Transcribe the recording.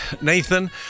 Nathan